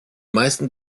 meisten